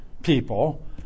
People